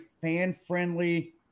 fan-friendly